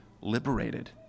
liberated